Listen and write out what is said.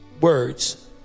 words